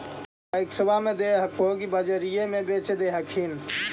पैक्सबा मे दे हको की बजरिये मे बेच दे हखिन?